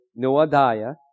Noadiah